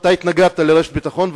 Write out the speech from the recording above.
אתה התנגדת לרשת ביטחון,